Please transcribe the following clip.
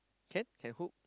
can can hook